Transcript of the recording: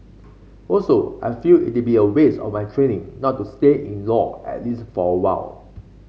also I feel it'd be a waste of my training not to stay in law at least for a while